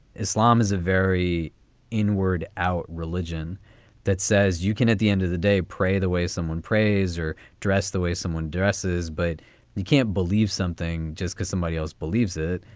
islam is a very inward out religion that says you can, at the end of the day, pray the way someone prays or dress the way someone dresses. but you can't believe something just because somebody else believes it.